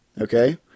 Okay